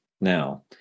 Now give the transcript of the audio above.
now